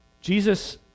Jesus